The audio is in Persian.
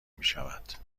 میشود